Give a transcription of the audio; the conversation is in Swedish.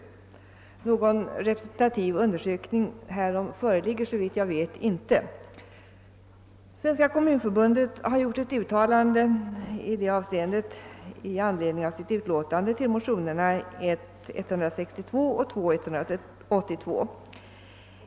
Någon representativ undersökning härom föreligger såvitt jag vet inte. Svenska kommunförbundet har gjort ett uttalande i saken i sitt yttrande över motionerna I: 162 och II: 182.